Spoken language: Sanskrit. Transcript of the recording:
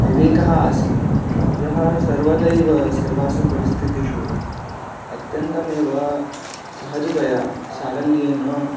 विवेकः आसीत् यः सर्वदैव सर्वासु परिस्थितिषु अत्यन्तमेव सहजतया सारल्येन